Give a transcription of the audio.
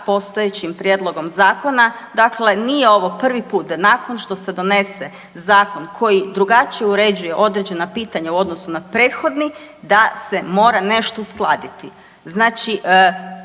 postojećim prijedlogom zakona. Dakle, nije ovo prvi put da nakon što se donese Zakon koji drugačije uređuje određena pitanja u odnosu na prethodni da se mora nešto uskladiti. Znači